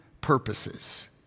purposes